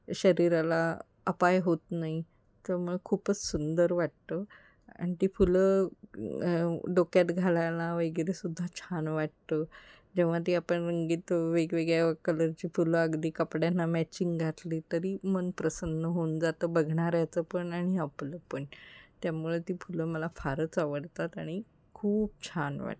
शरीराला अपाय होत नाही तर मग खूपच सुंदर वाटतं आणि ती फुलं डोक्यात घालायला वगैरेसुद्धा छान वाटतं जेव्हा ती आपण रंगीत वेगवेगळ्या कलरची फुलं अगदी कपड्यांना मॅचिंग घातली तरी मन प्रसन्न होऊन जातं बघणाऱ्याचं पण आणि आपलं पण त्यामुळे ती फुलं मला फारच आवडतात आणि खूप छान वाटतं